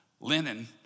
Linen